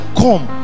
come